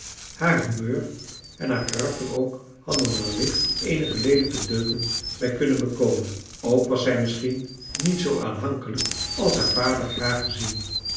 haar humeur en haar karakter ook hadden er licht eenige leelijke deuken bij kunnen bekomen ook was zij misschien niet zoo aanhankelijk als haar vader graag gezien